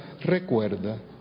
recuerda